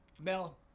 Mel